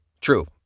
True